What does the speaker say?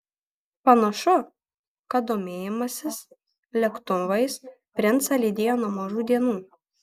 panašu kad domėjimasis lėktuvais princą lydėjo nuo mažų dienų